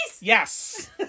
yes